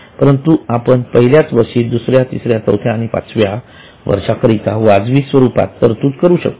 परंतु आपण पहिल्याच वर्षी दुसऱ्या तिसऱ्या चौथ्या आणि पाचव्या वर्षा करिता वाजवी स्वरूपात तरतूद करू शकतो